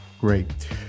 Great